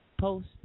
post